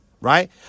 right